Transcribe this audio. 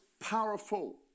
powerful